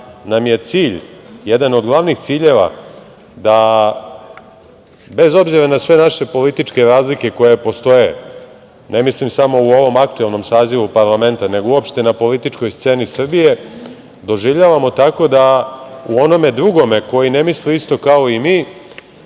nam je cilj, jedan od glavnih ciljeva da bez obzira na sve naše političke razlike koje postoje, ne mislim samo u ovom aktuelnom sazivu parlamenta, nego uopšte na političkoj sceni Srbije, doživljavamo tako da u onome drugome ko ne misli isto kao i mi